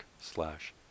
slash